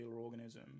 organism